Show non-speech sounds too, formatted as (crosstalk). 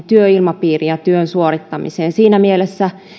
(unintelligible) työilmapiiriin ja työn suorittamiseen siinä mielessä se